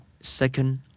Second